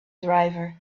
driver